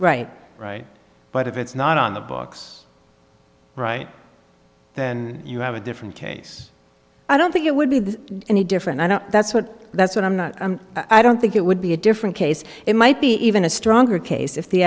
right right but if it's not on the books right then you have a different case i don't think it would be any different i know that's what that's what i'm not i don't think it would be a different case it might be even a stronger case if the